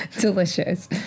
delicious